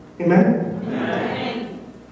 Amen